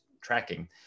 tracking